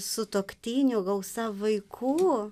sutuoktinių gausa vaikų